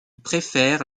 préfère